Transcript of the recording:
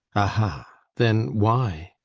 aha then why?